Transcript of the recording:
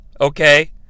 okay